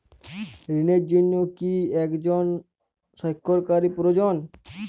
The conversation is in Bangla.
ঋণের জন্য কি একজন স্বাক্ষরকারী প্রয়োজন?